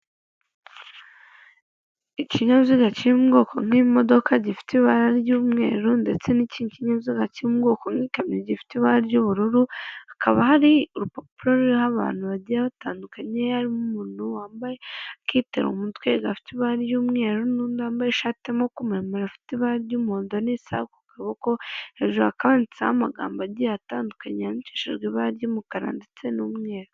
Ikinyabiziga kiri mu bwoko bw'imodoka gifite ibara ry'umweru ndetse nikindi kinyabiziga kiri mu bwoko nk'ikamyo gifite ibara ry'ubururu. Hakaba hari urupapuro rugiye ruriho abantu bagiye batandukanye harimo umuntu wambaye akitero mu mutwe gafite ibara ry'umweru n'undi wambaye ishati y'amaboko maremare ifite ibara ry'umuhondo n'isaha ku kaboko hejuru hakaba handitseho amagambo agiye atandukanye yandikishijwe ibara ry'umukara ndetse n'umweru.